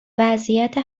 وضعیت